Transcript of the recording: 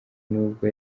nubwo